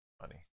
money